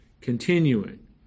Continuing